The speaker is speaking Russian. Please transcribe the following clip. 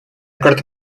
карту